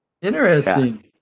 interesting